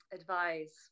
advice